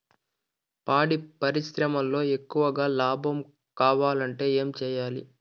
పాడి పరిశ్రమలో ఎక్కువగా లాభం కావాలంటే ఏం చేయాలి?